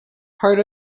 part